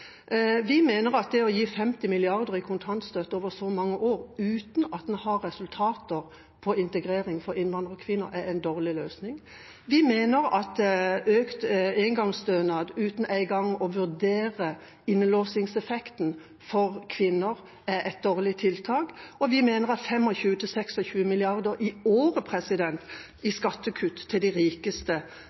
Vi mener at å gi 50 mrd. kr i kontantstøtte over så mange år uten at en har resultater på integrering for kvinner, er en dårlig løsning. Vi mener at økt engangsstønad uten engang å vurdere innelåsingseffekten for kvinner er et dårlig tiltak. Og vi mener at 25–26 mrd. kr i året i skattekutt til de rikeste